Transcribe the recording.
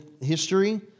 history